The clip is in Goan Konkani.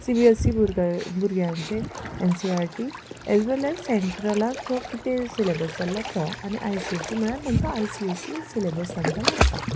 सी बी एस सी भुरग भुरग्यांचे N C R T as well as सेंट्रलाचो कितें सिलेबस चल्ला तो आनी आय सी एस सी म्हळ्यार तांचो I C S C syllabus तांकां लागता